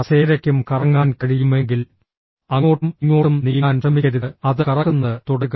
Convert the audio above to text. കസേരയ്ക്കും കറങ്ങാൻ കഴിയുമെങ്കിൽ അങ്ങോട്ടും ഇങ്ങോട്ടും നീങ്ങാൻ ശ്രമിക്കരുത് അത് കറക്കുന്നത് തുടരുക